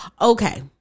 Okay